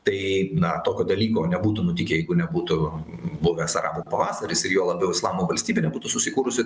tai na tokio dalyko nebūtų nutikę jeigu nebūtų buvęs arabų pavasaris ir juo labiau islamo valstybė nebūtų susikūrusi